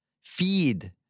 feed